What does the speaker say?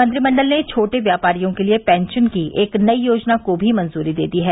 मंत्रिमंडल ने छोटे व्यापारियों के लिए पेंशन की एक योजना को भी मंजूरी दे दी है